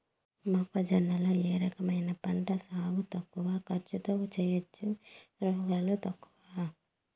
మొక్కజొన్న లో ఏ రకమైన పంటల సాగు తక్కువ ఖర్చుతో చేయచ్చు, రోగాలు తక్కువ?